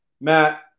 matt